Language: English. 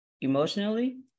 emotionally